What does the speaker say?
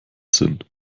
sind